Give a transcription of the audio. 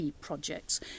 projects